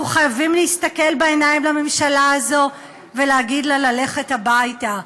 אנחנו חייבים להסתכל בעיניים לממשלה הזו ולהגיד לה ללכת הביתה.